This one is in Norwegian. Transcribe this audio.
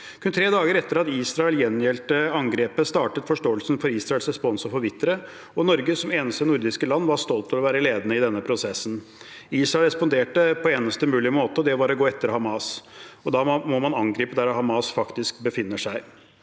Kun tre dager etter at Israel gjengjeldte angrepet, begynte forståelsen for Israels respons å forvitre, og Norge, som eneste nordiske land, var stolt av å være ledende i denne prosessen. Israel responderte på eneste mulige måte. Det var å gå etter Hamas, og da må man angripe der Hamas faktisk befinner seg.